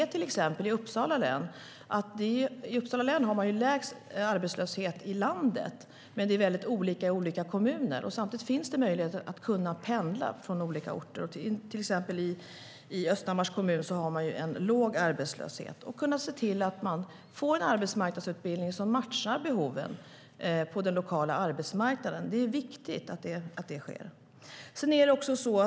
I Uppsala län har man lägst arbetslöshet i landet, men det är väldigt olika i olika kommuner. Samtidigt finns det möjligheter att pendla från olika orter. I Östhammars kommun har man till exempel en låg arbetslöshet. Det handlar om att se till att man får en arbetsmarknadsutbildning som matchar behoven på den lokala arbetsmarknaden. Det är viktigt att det sker.